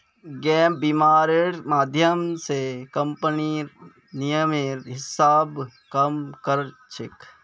gap बीमा र माध्यम स कम्पनीर नियमेर हिसा ब काम कर छेक